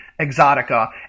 Exotica